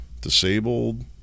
disabled